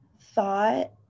thought